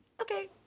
okay